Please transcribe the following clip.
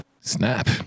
Snap